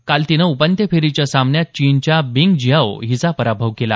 काल तिनं उपान्त्य फेरीच्या सामन्यात चीनच्या बिंग जियाओ हिचा पराभव केला